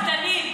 אתם פחדנים.